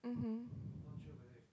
mmhmm